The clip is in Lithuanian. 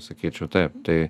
sakyčiau taip tai